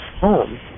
home